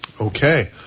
Okay